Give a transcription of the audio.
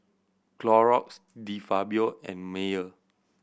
Clorox De Fabio and Mayer